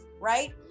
right